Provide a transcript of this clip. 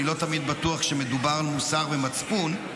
אני לא תמיד בטוח שמדובר על מוסר ומצפון,